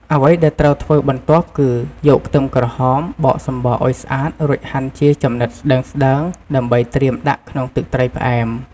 អ្វីដែលត្រូវធ្វើបន្ទាប់គឺ យកខ្ទឹមក្រហម បកសំបកឱ្យស្អាតរួចហាន់ជាចំណិតស្ដើងៗ ដើម្បីត្រៀមដាក់ក្នុងទឹកត្រីផ្អែម។